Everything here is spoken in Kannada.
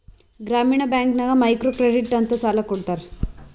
ಗ್ರಾಮೀಣ ಬ್ಯಾಂಕ್ ನಾಗ್ ಮೈಕ್ರೋ ಕ್ರೆಡಿಟ್ ಅಂತ್ ಸಾಲ ಕೊಡ್ತಾರ